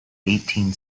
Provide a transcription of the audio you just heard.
eighteen